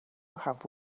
have